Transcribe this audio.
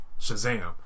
Shazam